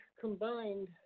combined